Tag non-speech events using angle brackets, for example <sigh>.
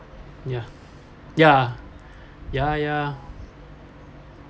ya ya <breath> ya ya